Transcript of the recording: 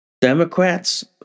Democrats